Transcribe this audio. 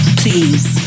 please